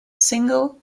single